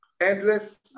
endless